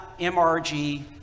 MRG